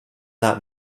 that